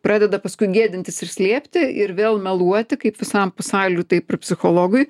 pradeda paskui gėdintis ir slėpti ir vėl meluoti kaip visam pasauliui taip ir psichologui